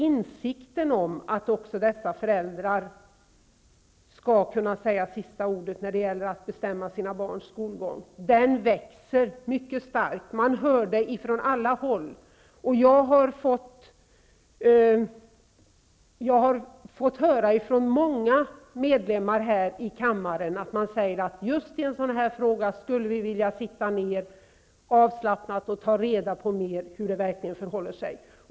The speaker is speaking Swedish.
Insikten om att också dessa föräldrar skall kunna säga sista ordet när det gäller att bestämma sina barns skolgång växer nämligen mycket starkt. Detta uttrycks på alla håll. Jag har fått höra från många medlemmar av kammaren att man just i en sådan här fråga skulle vilja sitta ner avslappnat och ta reda på mer om hur det verkligen förhåller sig.